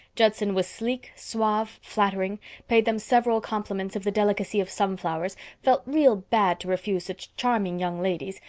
judson was sleek, suave, flattering paid them several compliments of the delicacy of sunflowers felt real bad to refuse such charming young ladies.